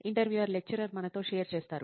interviewer lecturer మనతో share చేస్తారు